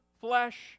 flesh